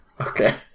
okay